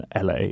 LA